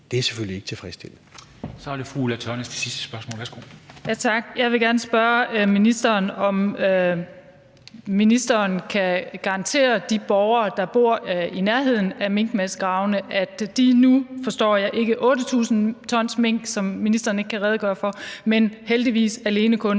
Formanden (Henrik Dam Kristensen): Så er det fru Ulla Tørnæs med sit sidste spørgsmål. Værsgo. Kl. 14:08 Ulla Tørnæs (V): Tak. Jeg vil gerne spørge ministeren, om ministeren kan garantere de borgere, der bor i nærheden af minkmassegravene, at de nu, forstår jeg, ikke 8.000 t mink, som ministeren ikke kan redegøre for, men heldigvis alene kun